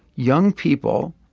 young people,